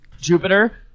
Jupiter